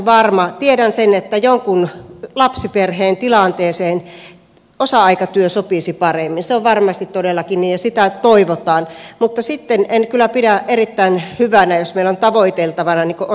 tiedän sen että jonkun lapsiperheen tilanteeseen osa aikatyö sopisi paremmin se on varmasti todellakin niin ja sitä toivotaan mutta en kyllä pidä erittäin hyvänä jos meillä on tavoiteltavana osa aikatyöyhteiskunta